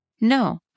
no